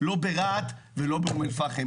לא ברהט ולא באום אל-פאחם?